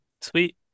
Sweet